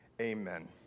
Amen